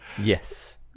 yes